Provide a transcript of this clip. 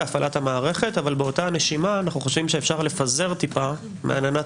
הפעלת המערכת אבל באותה נשימה אנו חושבים שאפשר לפזר מעט מעננת